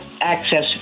access